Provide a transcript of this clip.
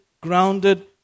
grounded